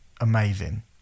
amazing